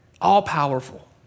all-powerful